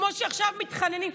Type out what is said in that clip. כמו שעכשיו מתחננים,